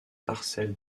parcelle